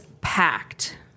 packed